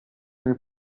nel